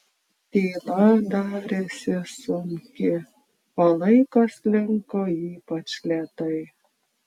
tyla darėsi sunki o laikas slinko ypač lėtai